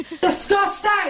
Disgusting